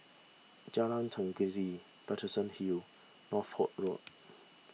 Jalan Tenggiri Paterson Hill and Northolt Road